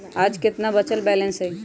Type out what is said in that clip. आज केतना बचल बैलेंस हई?